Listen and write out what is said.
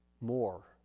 more